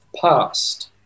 past